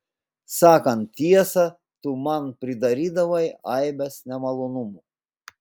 sakant tiesą tu man pridarydavai aibes nemalonumų